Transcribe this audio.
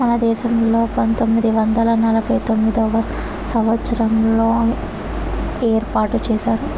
మన దేశంలో పంతొమ్మిది వందల నలభై తొమ్మిదవ సంవచ్చారంలో ఏర్పాటు చేశారు